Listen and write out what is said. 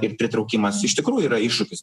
ir pritraukimas iš tikrųjų yra iššūkis